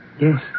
Yes